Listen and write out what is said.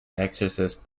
exorcist